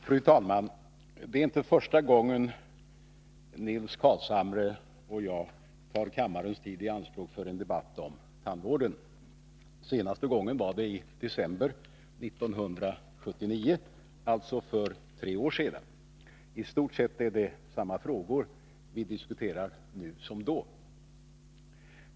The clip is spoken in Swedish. Fru talman! Det är inte första gången Nils Carlshamre och jag tar kammarens tid i anspråk för en debatt om tandvården. Senaste gången var det i december 1979, alltså för tre år sedan. I stort sett är det samma frågor vi diskuterar nu som då.